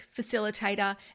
Facilitator